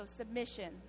submission